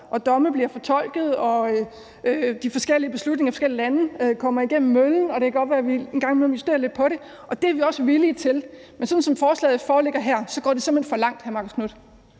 domme bliver fortolket, og de forskellige beslutninger i forskellige lande kommer igennem møllen. Og det kan godt være, at vi en gang imellem justerer lidt på det, og det er vi også villige til. Men sådan som forslaget foreligger her, går det simpelt hen for langt, hr. Marcus Knuth.